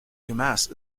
dumas